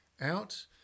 out